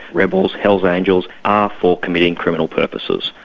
rebels, hell's angels are for committing criminal purposes.